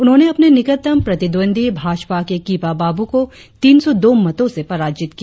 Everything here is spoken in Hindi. उन्होंने अपने निकटतम प्रतिद्वंदी भाजपा के किपा बाबू को तीन सौ दो मतों से पराजित किया